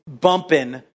bumping